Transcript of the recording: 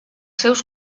seus